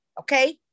okay